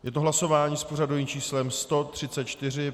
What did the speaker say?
Je to hlasování s pořadovým číslem 134.